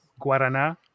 guarana